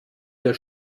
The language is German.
der